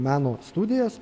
meno studijas